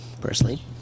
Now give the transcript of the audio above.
personally